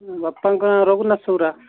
ବାପାଙ୍କ ନାଁ ରଘୁନାଥ ସୌଉରା